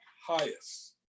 highest